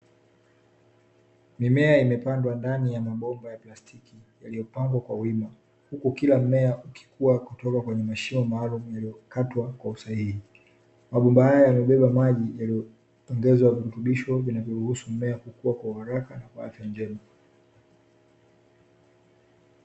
Mimea imepandwa ndani ya mabomba ya plastiki yaliyopangwa kwa wima, huku kila mmea ukikua kutoka kwenye mashimo maalumu yaliyokatwa kwa usahihi. Mabomba haya yamebeba maji yaliyoongezwa virutubisho, yanayoruhusu mmea kukua kwa haraka na kwa afya njema.